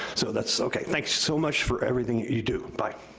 so that's, okay, thanks so much for everything that you do. bye.